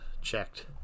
checked